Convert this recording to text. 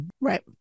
right